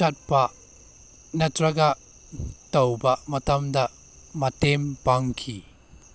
ꯆꯠꯄ ꯅꯠꯇ꯭ꯔꯒ ꯇꯧꯕ ꯃꯇꯝꯗ ꯃꯇꯦꯡ ꯄꯥꯡꯈꯤ